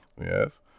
Yes